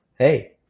Hey